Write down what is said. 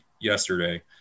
yesterday